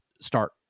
start